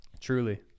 Truly